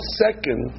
second